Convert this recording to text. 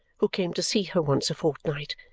who came to see her once a fortnight!